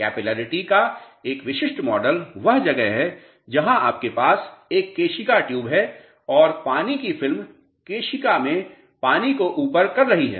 capillarity का एक विशिष्ट मॉडल वह जगह है जहां आपके पास एक केशिका ट्यूब है और पानी की फिल्म केशिका में पानी को ऊपर कर रही है